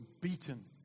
beaten